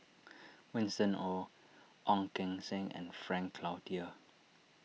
Winston Oh Ong Keng Sen and Frank Cloutier